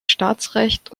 staatsrecht